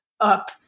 up